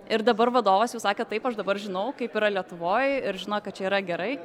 ir dabar vadovas jau sakė taip aš dabar žinau kaip yra lietuvoj ir žino kad čia yra gerai